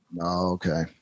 Okay